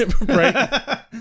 Right